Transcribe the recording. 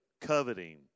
coveting